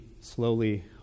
slowly